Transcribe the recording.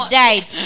died